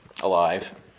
alive